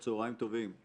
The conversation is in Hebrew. צהריים טובים.